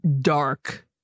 dark